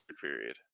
period